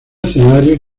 escenario